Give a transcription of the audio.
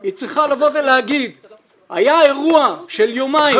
היא צריכה לבוא ולומר שהיה אירוע של יומיים,